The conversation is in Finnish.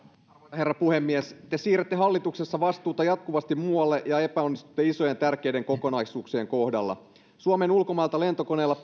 herra puhemies te siirrätte hallituksessa vastuuta jatkuvasti muualle ja epäonnistutte isojen tärkeiden kokonaisuuksien kohdalla suomeen ulkomailta lentokoneella